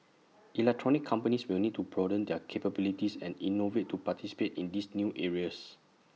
electronics companies will need to broaden their capabilities and innovate to participate in these new areas